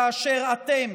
כאשר אתם